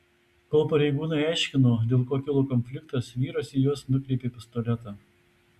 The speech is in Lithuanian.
kol pareigūnai aiškino dėl ko kilo konfliktas vyras į juos nukreipė pistoletą